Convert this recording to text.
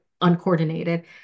uncoordinated